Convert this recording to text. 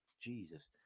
Jesus